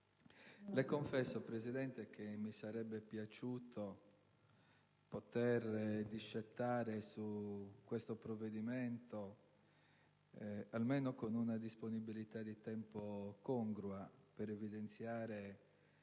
le confesso che mi sarebbe piaciuto poter discettare su questo provvedimento con una disponibilità di tempo almeno congrua per evidenziare